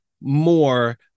more